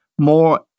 more